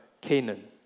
Canaan